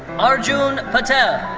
arjun patel.